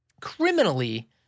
criminally